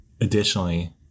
additionally